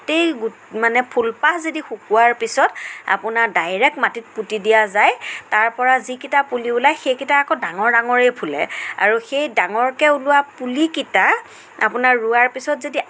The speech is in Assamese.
গোটেই মানে ফুলপাহ যদি শুকুৱাৰ পিছত আপোনাৰ ডাইৰেক্ট মাটিত পুতি দিয়া যায় তাৰপৰা যি কেইটা পুলি ওলায় সেইকেইটা আকৌ ডাঙৰ ডাঙৰেই ফুলে আৰু সেই ডাঙৰকৈ ওলোৱা পুলি কেইটা আপোনাৰ ৰুৱাৰ পিছত যদি